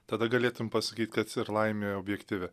tada galėtum pasakyt kad ir laimė objektyvi